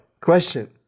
question